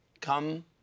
Come